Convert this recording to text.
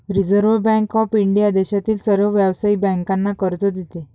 reserve Bank of India देशातील सर्व व्यावसायिक बँकांना कर्ज देते